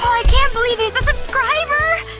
can't believe he's a subscriber!